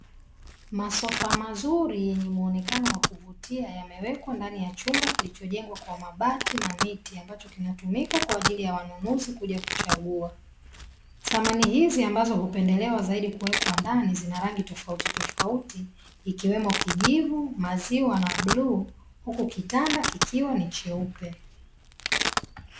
Masofa mazuri yenye muonekano wa kuvutia yamewekwa ndani ya chumba kilichojengwa kwa mabati na miti, ambacho kinachotumika kwa ajili ya wanunuzi kuja kuchagua. Samani hizi ambazo hupendelewa zaidi kuwekwa ndani zina rangi tofautitofauti ikiwemo kijivu, maziwa na bluu, huku kitanda kikiwa ni cheupe.